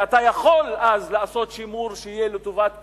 ואתה יכול אז לעשות שימור שיהיה לטובת כולם,